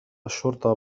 الشرطة